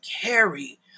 carry